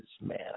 Man